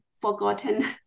forgotten